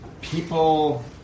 people